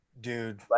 Dude